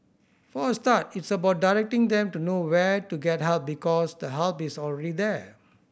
for a start it's about directing them to know where to get help because the help is already there